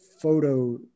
photo